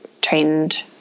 trained